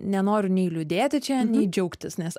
nenoriu nei liūdėti čia nei džiaugtis nes